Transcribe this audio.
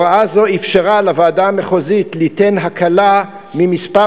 הוראה זו אפשרה לוועדה המחוזית ליתן הקלה במספר